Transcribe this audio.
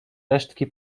resztki